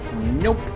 Nope